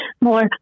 more